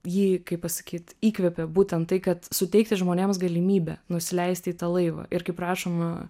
jį kaip pasakyt įkvėpė būtent tai kad suteikti žmonėms galimybę nusileisti į tą laivą ir kaip rašoma